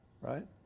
right